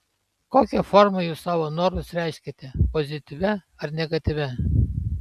kokia forma jūs savo norus reiškiate pozityvia ar negatyvia